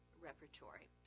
repertory